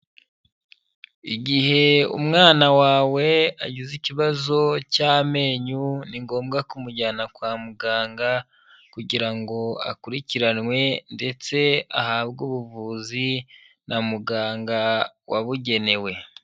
Igihe umwana wawe agize ikibazo cy'amenyo ni ngombwa kumujyana kwa muganga kugira ngo akurikiranwe ndetse ahabwe ubuvuzi na muganga wabugenewe.